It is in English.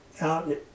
out